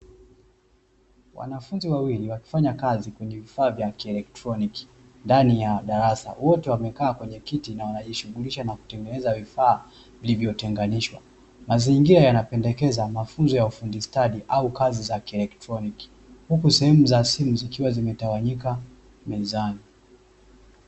Wanafunzi wawili wakifanya kazi kwenye vifaa vya kielektroniki ndani ya darasa wote wamekaa kwenye viti na wanajishughulisha na kutengeneza vifaa vilivyotenganishwa, mazingira yanapendekeza mafunzo ya ufundi stadi au kazi za kielektroniki huku sehemu za simu zikiwa zimetawanyika mezani.